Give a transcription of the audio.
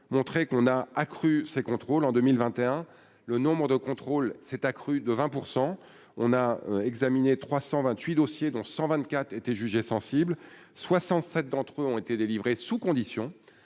montrer qu'on a accru ses contrôles en 2021 le nombre de contrôles s'est accru de 20 % on a examiné 328 dossiers, dont 124 étaient jugés sensibles 67 d'entre eux ont été délivrées sous conditions